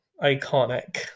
Iconic